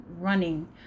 running